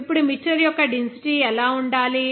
ఇప్పుడు మిక్చర్ యొక్క డెన్సిటీ ఎలా ఉండాలి